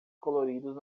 coloridos